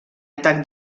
atac